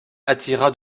attira